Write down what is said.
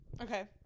okay